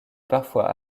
parfois